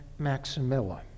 Maximilla